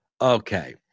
Okay